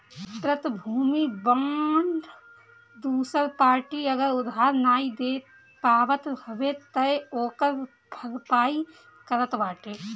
प्रतिभूति बांड दूसर पार्टी अगर उधार नाइ दे पावत हवे तअ ओकर भरपाई करत बाटे